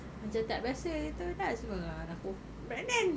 macam tak biasa you tahu kan semua !alah! aku pregnant